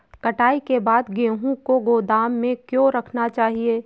कटाई के बाद गेहूँ को गोदाम में क्यो रखना चाहिए?